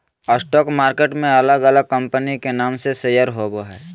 stock market में अलग अलग कंपनी के नाम से शेयर होबो हइ